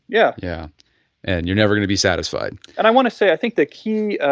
yeah yeah and you are never going to be satisfied and i want to say i think the key,